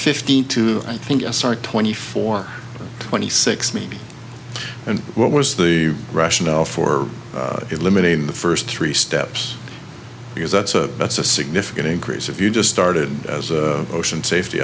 fifteen to i think a start twenty four twenty six me and what was the rationale for eliminating the first three steps because that's a that's a significant increase if you just started as ocean safety